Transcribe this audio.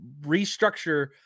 restructure